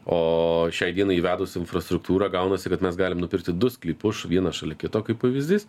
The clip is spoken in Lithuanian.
o šiai dienai įvedus infrastruktūrą gaunasi kad mes galim nupirkti du sklypus š vieną šalia kito kaip pavyzdys